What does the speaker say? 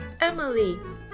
Emily